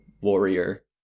Warrior